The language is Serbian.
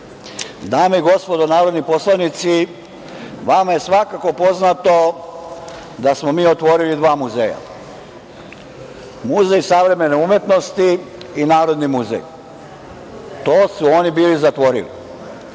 i gospodo narodni poslanici, vama je svakako poznato da smo mi otvorili dva muzeja – Muzej savremene umetnosti i Narodni muzej. To su oni bili zatvorili,